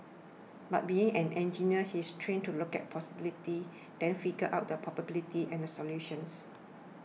but being an engineer he is trained to look at possibilities then figure out the probabilities and solutions